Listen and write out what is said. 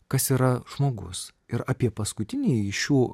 kas yra žmogus ir apie paskutinįjį šių